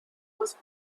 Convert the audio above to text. was